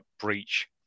breach